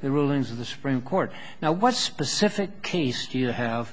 the rulings of the supreme court now what specific case do you have